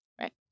Right